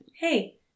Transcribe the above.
Hey